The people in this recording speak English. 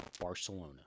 Barcelona